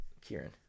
Kieran